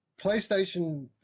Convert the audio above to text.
playstation